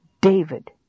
David